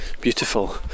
Beautiful